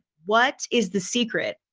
what is the secret?